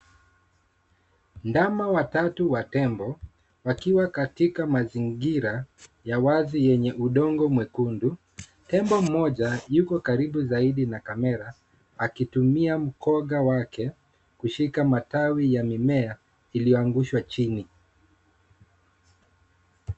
Ndama watatu wa tembo wakiwa katika mazingira ya wazi yenye udongo mwekundu , tembo mmoja yuko karibu zaidi na kamera akitumia mkoga wake kushika matawi ya mimea iliyoangushwa chini.